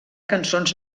cançons